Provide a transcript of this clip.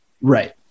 Right